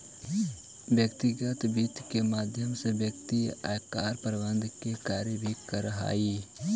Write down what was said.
व्यक्तिगत वित्त के माध्यम से व्यक्ति आयकर प्रबंधन के कार्य भी करऽ हइ